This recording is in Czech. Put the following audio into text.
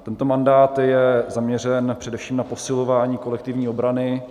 Tento mandát je zaměřen především na posilování kolektivní obrany.